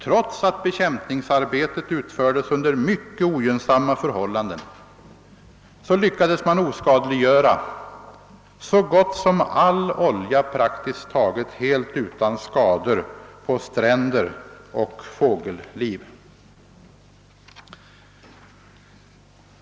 Trots att bekämpningsarbetet utfördes under mycket ogynnsamma =<:förhållanden, lyckades man oskadliggöra så gott som all olja praktiskt taget helt utan skador på stränder och fågelliv.